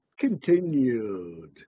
continued